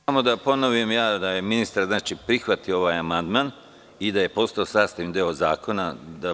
Samo da ponovim da je ministar prihvatio ovaj amandman i da je postao sastavni deo zakona.